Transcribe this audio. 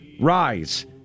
rise